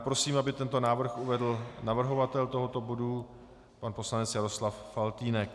Prosím, aby tento návrh uvedl navrhovatel tohoto bodu pan poslanec Jaroslav Faltýnek.